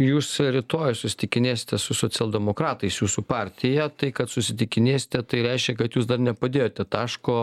jūs rytoj susitikinėsite su socialdemokratais jūsų partija tai kad susitikinėsite tai reiškia kad jūs dar nepadėjote taško